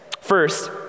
First